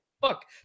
fuck